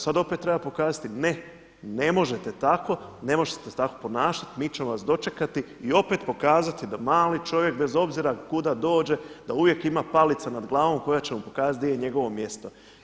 Sada opet treba pokazati, ne, ne možete tako, ne možete se tako ponašati, mi ćemo vas dočekati i opet pokazati da mali čovjek bez obzira kuda dođe da uvijek ima palica nad glavom koja će mu pokazati gdje je njegovo mjesto.